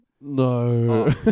no